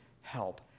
help